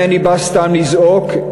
אינני בא סתם לזעוק,